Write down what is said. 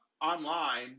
online